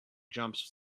jumps